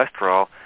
cholesterol